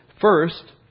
first